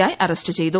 I arrest ചെയ്തു